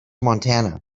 montana